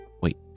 Wait